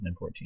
2014